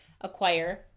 acquire